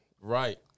Right